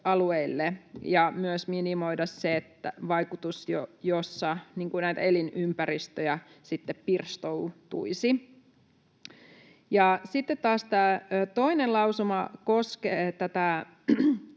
ja myös minimoimaan se vaikutus, jossa elinympäristöjä sitten pirstoutuisi. Sitten taas toinen lausuma koskee tätä